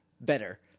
better